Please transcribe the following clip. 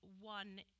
one